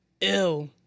ill